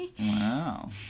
Wow